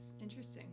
interesting